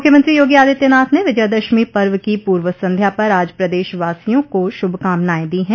मुख्यमंत्री योगी आदित्यनाथ ने विजयादशमी पर्व की पूर्व सध्या पर आज प्रदेशवासियों को शुभकामनाएं दीं हैं